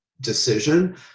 decision